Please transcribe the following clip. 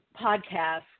podcast